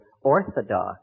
orthodox